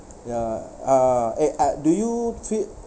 ya uh eh uh do you feel